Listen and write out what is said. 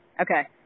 Okay